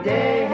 Day